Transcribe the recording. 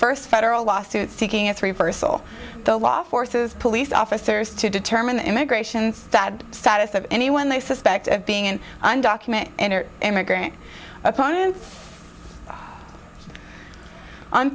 first federal lawsuit seeking its reversal the law forces police officers to determine the immigration status status of anyone they suspect of being an undocumented immigrant opponents on